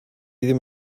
ddim